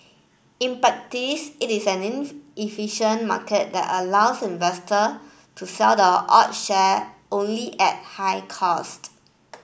in practice it is an inefficient market that allows investor to sell the odd share only at high cost